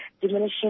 diminishing